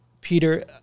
Peter